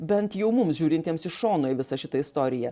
bent jau mums žiūrintiems iš šono į visą šitą istoriją